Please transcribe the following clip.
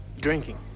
Drinking